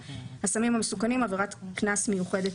התשע"ח 2018 ; (35)חוק הסמים המסוכנים (עבירת קנס מיוחדת,